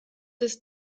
ist